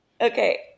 Okay